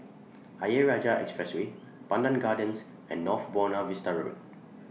Ayer Rajah Expressway Pandan Gardens and North Buona Vista Road